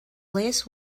lace